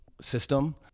system